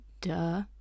duh